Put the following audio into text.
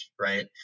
right